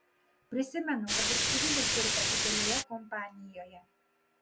prisimenu kad ir čivilis dirba didelėje kompanijoje